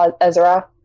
Ezra